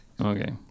okay